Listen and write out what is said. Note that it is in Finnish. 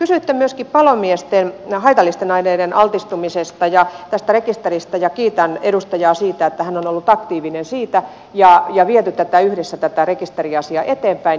kysyitte myöskin palomiesten haitallisille aineille altistumisesta ja tästä rekisteristä ja kiitän edustajaa siitä että hän on ollut aktiivinen siinä ja on viety yhdessä tätä rekisteriasiaa eteenpäin